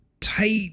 tight